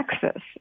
Texas